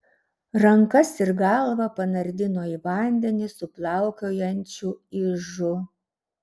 rankas ir galvą panardino į vandenį su plaukiojančiu ižu